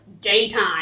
daytime